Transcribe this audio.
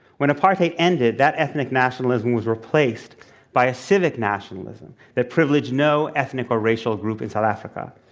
when apartheid ended, that ethnic nationalism was replaced by a civil nationalism that privileged no ethnic or racial group in south africa.